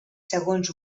segons